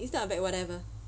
this type of a bag whatever